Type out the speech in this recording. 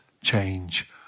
change